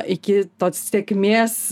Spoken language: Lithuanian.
iki tos sėkmės